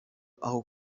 aho